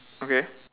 okay